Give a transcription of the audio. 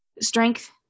strength